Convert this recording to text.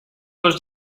los